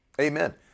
Amen